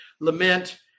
lament